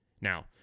Now